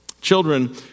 Children